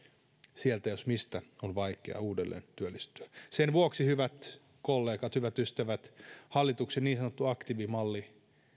sieltä jos mistä on vaikea uudelleen työllistyä sen vuoksi hyvät kollegat hyvät ystävät hallituksen niin sanottu aktiivimalli